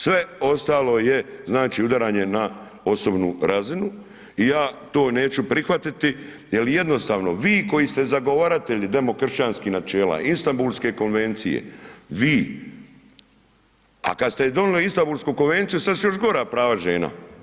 Sve ostalo je znači udaranje na osobnu razinu i ja to neću prihvatiti jer jednostavno vi koji ste zagovaratelji demokršćanskih načela, Istambulske konvencije, vi, a kad ste donijeli Istambulsku konvenciju, sad su još gora prava žena.